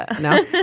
No